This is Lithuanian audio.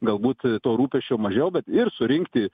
galbūt to rūpesčio mažiau bet ir surinkti